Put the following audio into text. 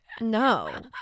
No